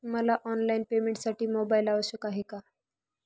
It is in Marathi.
मला ऑनलाईन पेमेंटसाठी मोबाईल आवश्यक आहे का?